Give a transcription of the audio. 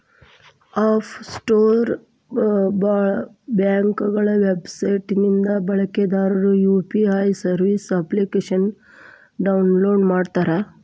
app store ಬ್ಯಾಂಕ್ಗಳ website ನಿಂದ ಬಳಕೆದಾರರು ಯು.ಪಿ.ಐ ಸರ್ವಿಸ್ ಅಪ್ಲಿಕೇಶನ್ನ ಡೌನ್ಲೋಡ್ ಮಾಡುತ್ತಾರೆ